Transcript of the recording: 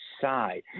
side